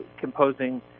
composing